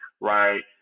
right